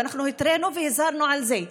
ואנחנו התרענו והזהרנו מזה.